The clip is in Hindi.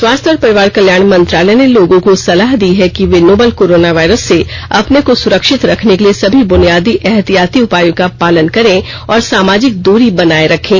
स्वास्थ्य और परिवार कल्याण मंत्रालय ने लोगों को सलाह दी है कि वे नोवल कोरोना वायरस से अपने को सुरक्षित रखने के लिए सभी ब्रुनियादी एहतियाती उपायों का पालन करें और सामाजिक दूरी बनाए रखें